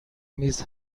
میز